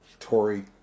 Tory